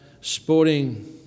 sporting